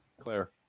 Claire